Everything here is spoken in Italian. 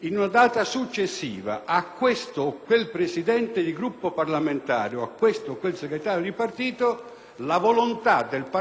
in una data successiva, a questo o a quel Presidente di Gruppo parlamentare o a questo o a quel segretario di partito, la volontà del Parlamento,